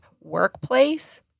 workplace